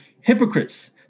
hypocrites